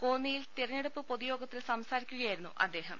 കോന്നിയിൽ തെര ഞ്ഞെടുപ്പ് പൊതുയോഗത്തിൽ സംസാരിക്കുകയായിരുന്നുഅദ്ദേഹം